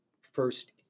first